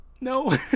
No